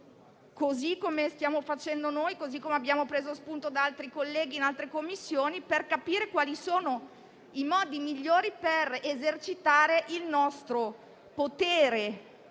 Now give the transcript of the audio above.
così come stiamo facendo noi, da altri colleghi in altre Commissioni per capire quali sono i modi migliori per esercitare il nostro potere